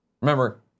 Remember